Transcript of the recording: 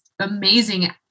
amazing